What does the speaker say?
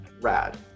RAD